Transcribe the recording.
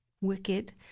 Wicked